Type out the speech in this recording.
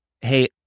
Hey